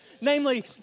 Namely